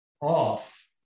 off